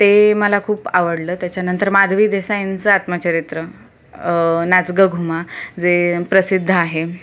ते मला खूप आवडलं त्याच्यानंतर माधवी देसाईंचं आत्मचरित्र नाच गं घुमा जे प्रसिद्ध आहे